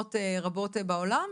במדינות רבות בעולם,